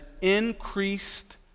increased